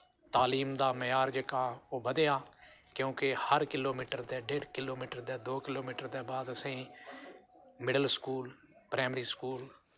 तालीम दा म्यार जेह्का ओह् बधेआ क्योंकि हर किलो मीटर दा डेढ किलो मीटर दे दो किलो मीटर दे बाद असेंगी मिडल स्कूल प्राइमरी स्कूल